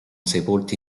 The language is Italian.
sepolti